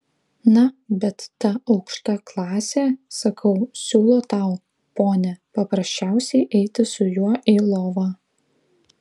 na bet ta aukšta klasė sakau siūlo tau ponia paprasčiausiai eiti su juo į lovą